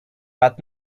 but